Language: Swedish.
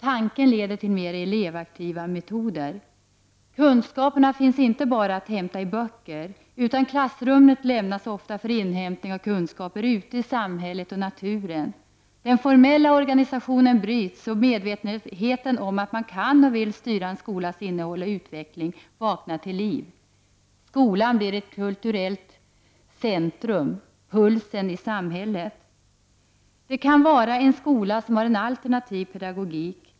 Tanken leder till mer elevaktiva metoder. Kunskaperna finns inte bara att hämta i böcker, utan klassrummet lämnas ofta för inhämtning av kunskaper ute i samhället och naturen. Den formella organisationen bryts och medvetenheten om att man kan och vill styra en skolas innehåll och ut veckling vaknar till liv. Skolan blir ett kulturellt centrum, pulsen i samhället. Det kan vara en skola som har en alternativ pedagogik.